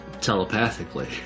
Telepathically